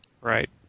Right